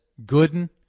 Gooden